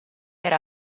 era